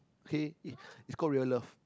okay it's called real love